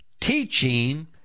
teaching